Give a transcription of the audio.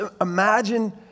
imagine